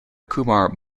kumar